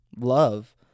love